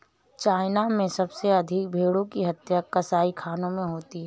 China में सबसे अधिक भेंड़ों की हत्या कसाईखानों में होती है